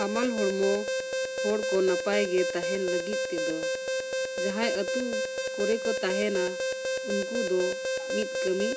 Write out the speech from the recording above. ᱦᱟᱢᱟᱞ ᱦᱚᱲᱢᱚ ᱦᱚᱲ ᱠᱚ ᱱᱟᱯᱟᱭ ᱜᱮ ᱛᱟᱦᱮᱱ ᱞᱟᱹᱜᱤᱫ ᱛᱮᱫᱚ ᱡᱟᱦᱟᱸᱭ ᱟᱛᱳ ᱠᱚᱨᱮ ᱠᱚ ᱛᱟᱦᱮᱱᱟ ᱩᱱᱠᱩ ᱫᱚ ᱢᱤᱫ ᱠᱟᱹᱢᱤ